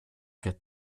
wird